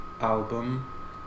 album